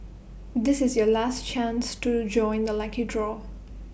this is your last chance to join the lucky draw